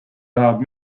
tahab